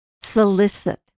solicit